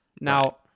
Now